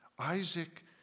Isaac